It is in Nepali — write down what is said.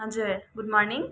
हजुर गुड मर्निङ